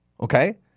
okay